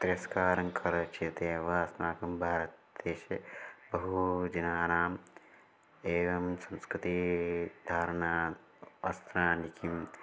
तिरस्कारं करोति चेदेव अस्माकं भारतदेशे बहु जनानाम् एवं संस्कृतिः धारणं वस्त्राणि किं